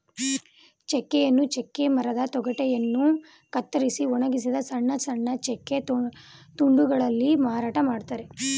ಚೆಕ್ಕೆಯನ್ನು ಚೆಕ್ಕೆ ಮರದ ತೊಗಟೆಯನ್ನು ಕತ್ತರಿಸಿ ಒಣಗಿಸಿ ಸಣ್ಣ ಸಣ್ಣ ಚೆಕ್ಕೆ ತುಂಡುಗಳಲ್ಲಿ ಮಾರಾಟ ಮಾಡ್ತರೆ